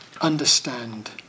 understand